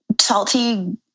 salty